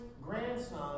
grandson